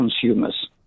consumers